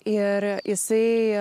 ir jisai